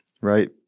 right